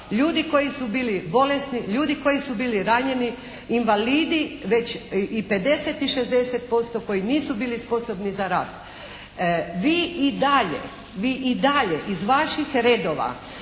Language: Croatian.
Ljudi koji su bili bolesni, ljudi koji su bili ranjeni, invalidi već i 50 i 60% koji nisu bili sposobni za rad. Vi i dalje, vi i dalje iz vaših redova